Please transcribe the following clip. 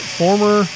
former